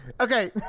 Okay